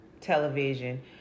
television